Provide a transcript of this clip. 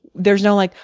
there's no like,